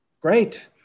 Great